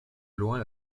loin